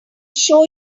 show